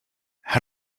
how